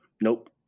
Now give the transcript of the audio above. Nope